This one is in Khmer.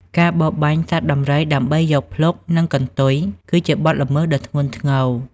ការបរបាញ់សត្វដំរីដើម្បីយកភ្លុក និងកន្ទុយគឺជាបទល្មើសដ៏ធ្ងន់ធ្ងរ។